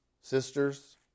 sisters